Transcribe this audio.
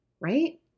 Right